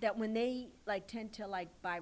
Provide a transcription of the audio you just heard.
that when they like tend to like